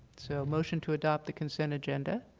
so motion to adopt the consent agenda?